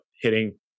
hitting